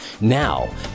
Now